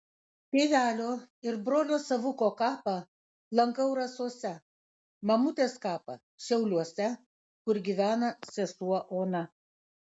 tėvelio ir brolio savuko kapą lankau rasose mamutės kapą šiauliuose kur gyvena sesuo ona